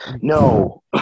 no